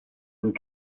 und